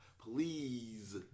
please